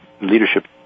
leadership